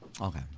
Okay